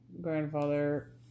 grandfather